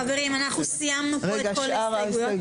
חברים, סיימנו פה את כל ההסתייגות.